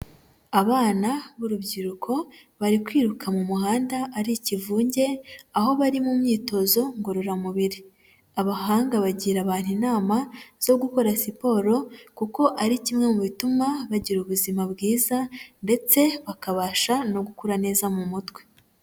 Abana b'urubyiruko bari kwiruka mu muhanda ari ikivunge aho bari mu myitozo ngororamubiri, abahanga bagira abantu inama zo gukora siporo kuko ari kimwe mu bituma bagira ubuzima bwiza ndetse bakabasha no gukura neza mu mutwe.